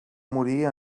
morir